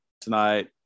tonight